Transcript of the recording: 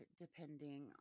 depending